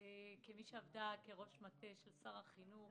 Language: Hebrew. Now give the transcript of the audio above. כמי שעבדה כראש מטה של שר החינוך,